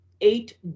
eight